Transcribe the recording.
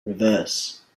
reverse